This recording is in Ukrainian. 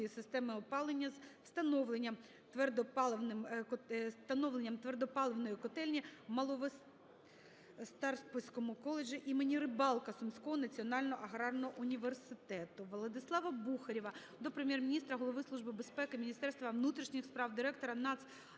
системи опалення з встановленням твердопаливної котельні в Маловисторопському коледжі імені Рибалка Сумського національного аграрного університету. ВладиславаБухарєва до Прем'єр-міністра, Голови Служби безпеки, Міністерства внутрішніх справ, директора